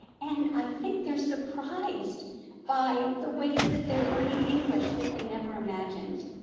and i think they're surprised by the ways that they're learning english that they never imagined.